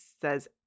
says